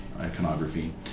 iconography